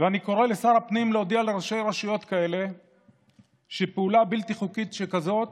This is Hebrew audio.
ואני קורא לשר הפנים להודיע לראשי רשויות כאלה שפעולה בלתי חוקית שכזאת